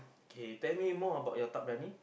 okay tell me more about your tak berani